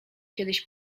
kiedyś